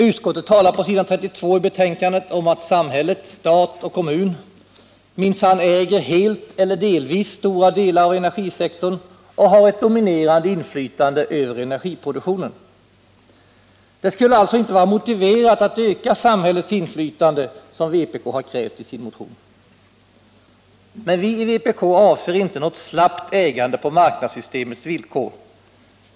Utskottet talar på s. 32 i betänkandet om att samhället, stat och kommun, minsann äger helt eller delvis stora delar av energisektorn och har ett dominerande inflytande över elproduktionen. Det skulle alltså inte vara motiverat att öka samhällets inflytande, som vpk har krävt i sin motion. Men vi i vpk avser inte något slappt ägande på marknadssystemets villkor.